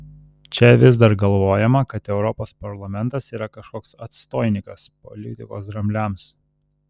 čia vis dar galvojama kad europos parlamentas yra kažkoks atstoinikas politikos drambliams